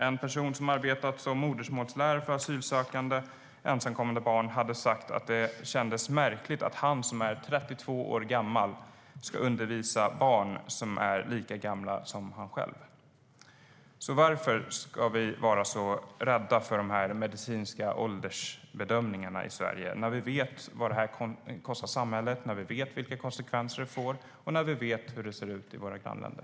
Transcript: En person som arbetat som modersmålslärare för asylsökande ensamkommande barn hade sagt att det kändes märkligt att han som är 32 år gammal skulle undervisa barn som är lika gamla som han själv. Varför ska vi vara rädda för de medicinska åldersbedömningarna i Sverige när vi vet vad detta kostar samhället, vilka konsekvenser det får och hur det ser ut i våra grannländer?